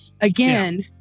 Again